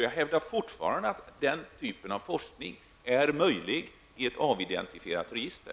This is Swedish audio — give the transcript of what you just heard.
Jag hävdar fortfarande att denna typ av forskning är möjlig i ett avidentifierat register.